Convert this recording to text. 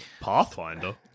Pathfinder